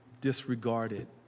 disregarded